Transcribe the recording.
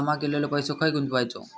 जमा केलेलो पैसो खय गुंतवायचो?